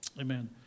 Amen